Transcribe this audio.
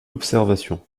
observation